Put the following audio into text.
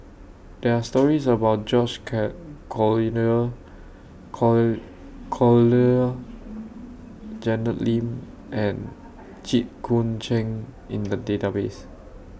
There Are stories about George Care call core Collyer Janet Lim and Jit Koon Ch'ng in The Database